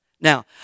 Now